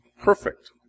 Perfect